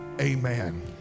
amen